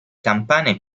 campane